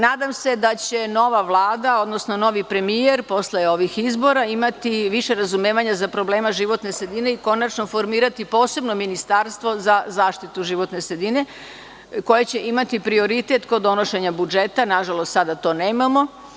Nadam se da će nova Vlada, odnosno novi premijer posle ovih izbora imati više razumevanja za probleme životne sredine i konačno formirati posebno ministarstvo za zaštitu životne sredine, koje će imati prioritet kod donošenja budžeta, nažalost, sada to nemamo.